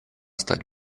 стать